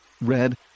red